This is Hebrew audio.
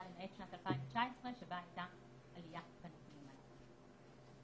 למעט שנת 2019 שבה הייתה עלייה בנתונים האלה.